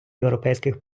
європейських